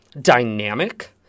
dynamic